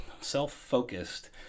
self-focused